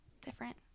different